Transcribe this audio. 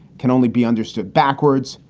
can only be understood backwards,